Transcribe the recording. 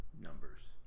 numbers